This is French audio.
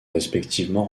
respectivement